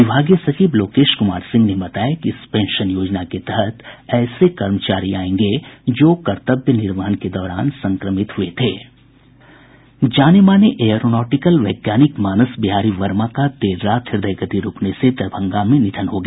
विभागीय सचिव लोकेश कुमार सिंह ने बताया कि इस पेंशन योजना के तहत ऐसे कर्मचारी आयेंगे जो कर्तव्य निर्वहन के दौरान संक्रमित हुए हैं जाने माने एयरोनॉटिकल वैज्ञानिक मानस बिहारी वर्मा का देर रात हृदयगति रूकने से दरभंगा में निधन हो गया